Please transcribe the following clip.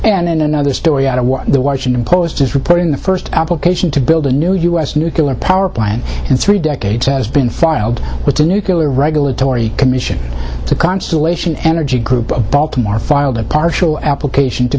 then another story out of the washington post is reporting the first application to build a new u s nuclear power plant in three decades has been filed with the nuclear regulatory commission the constellation energy group of baltimore filed a partial application to